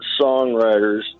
songwriters